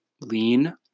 lean